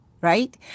Right